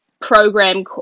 program